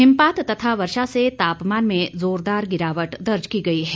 हिमपात तथा वर्षा से तापमान में जोरदार गिरावट दर्ज की गई है